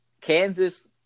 Kansas